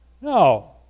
No